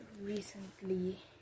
recently